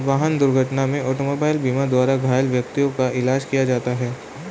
वाहन दुर्घटना में ऑटोमोबाइल बीमा द्वारा घायल व्यक्तियों का इलाज किया जाता है